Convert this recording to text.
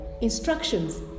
Instructions